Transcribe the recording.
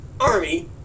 army